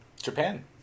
Japan